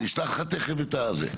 אני אשלח לך תכף את הזה.